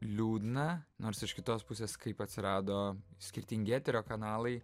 liūdna nors iš kitos pusės kaip atsirado skirtingi eterio kanalai